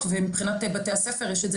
ומבקשים ממך שתנסה לעזור ולהגן על אותם ילדים,